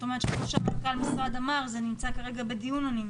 כמו שמנכ"ל המשרד אמר, זה נמצא כרגע בדיון.